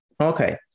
Okay